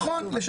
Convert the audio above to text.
נכון.